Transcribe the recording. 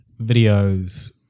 videos